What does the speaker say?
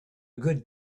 good